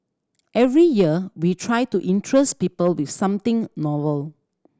every year we try to interest people with something novel